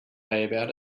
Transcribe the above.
about